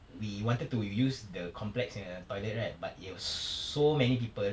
we wanted to use the complex punya toilet right but there was so many people